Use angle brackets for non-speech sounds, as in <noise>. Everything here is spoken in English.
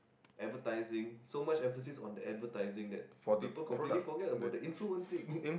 advertising so much emphasis on the advertisement that people completely forget about the influencing <laughs>